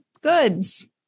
goods